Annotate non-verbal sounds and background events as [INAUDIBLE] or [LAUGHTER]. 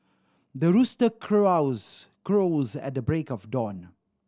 the rooster crows [UNINTELLIGIBLE] at the break of dawn